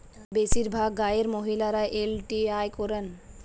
বেশিরভাগ গাঁয়ের মহিলারা এল.টি.আই করেন